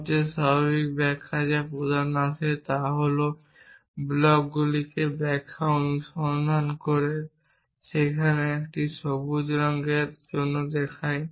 সবচেয়ে স্বাভাবিক ব্যাখ্যা যা প্রধান আসে তা হল ব্লকগুলি ব্যাখ্যাকে অনুসরণ করে এবং যেখানে সবুজ একটি রঙের জন্য দাঁড়ায়